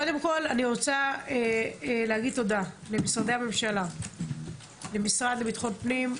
קודם כול אני רוצה להגיד תודה למשרדי הממשלה: למשרד לביטחון הפנים,